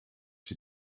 sie